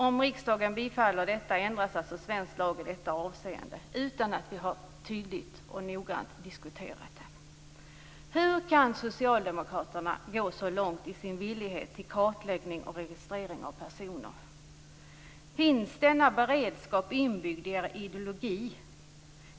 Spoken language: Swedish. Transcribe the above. Om riksdagen bifaller detta ändras svensk lag i detta avseende, utan att vi har tydligt och noggrant diskuterat det. Hur kan socialdemokraterna gå så långt i sin villighet till kartläggning och registrering av personer? Finns denna beredskap inbyggd i er ideologi?